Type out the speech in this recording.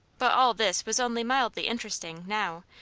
but all this was only mildly interesting, now,